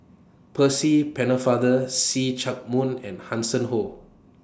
Percy Pennefather See Chak Mun and Hanson Ho